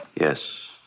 Yes